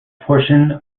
portion